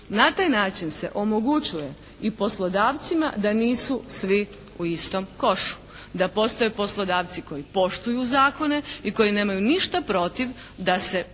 Na taj način se omogućuje i poslodavcima da nisu svi u istom košu. Da postoje poslodavci koji poštuju zakone i koji nemaju ništa protiv da se